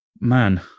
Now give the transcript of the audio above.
man